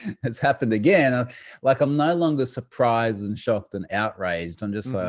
it's happened again. ah like i'm no longer surprised and shocked and outraged. i'm just like, oh,